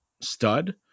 stud